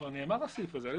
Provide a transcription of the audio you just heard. כבר נאמר הסעיף הזה.